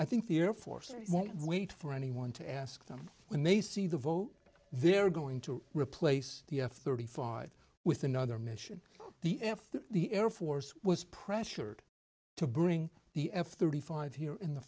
i think the air force we need for anyone to ask them when they see the vote they're going to replace the f thirty five with another mission the f the air force was pressured to bring the f thirty five here in the